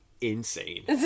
insane